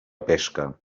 pesca